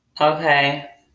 okay